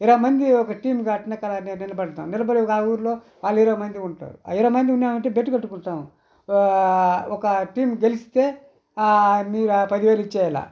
ఇరవై మంది ఒక టీంగా అట్నే నిలబడతాం నిలబడి ఆ ఊరిలో వాళ్ళు ఇరవై మంది ఉంటారు ఇరవై మంది ఉన్నామంటే బెట్టు కట్టుకుంటాము ఒక టీం గెలిస్తే మీరు ఆ పదివేలు ఇచ్చేయాల